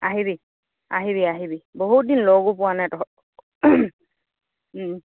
আহিবি আহিবি আহিবি বহুত দিন লগো পোৱা নাই ত